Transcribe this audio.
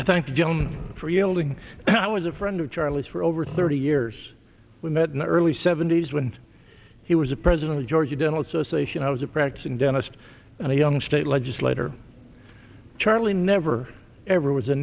i thank the gentleman for yielding i was a friend of charlie's for over thirty years we met in the early seventy's when he was a president of georgia dental association i was a practicing dentist and a young state legislator charlie never ever was a